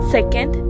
Second